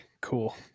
cool